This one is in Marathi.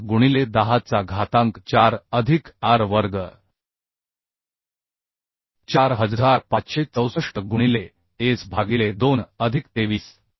8 गुणिले 10 चा घातांक 4 अधिक R वर्ग 4564 गुणिले एस भागिले 2 अधिक 23